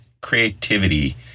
creativity